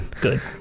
Good